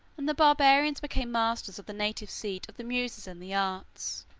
and the barbarians became masters of the native seat of the muses and the arts.